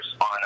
on